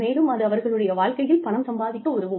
மேலும் அது அவர்களுடைய வாழ்க்கையில் பணம் சம்பாதிக்க உதவும்